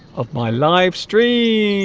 of my live streams